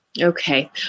Okay